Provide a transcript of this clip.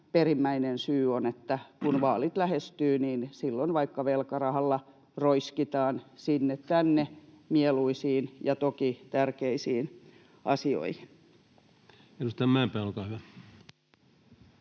perimmäinen syy on: kun vaalit lähestyvät, niin silloin vaikka velkarahalla roiskitaan sinne tänne mieluisiin ja toki tärkeisiin asioihin. [Speech 259] Speaker: